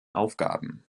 aufgaben